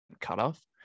cutoff